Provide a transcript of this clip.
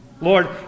Lord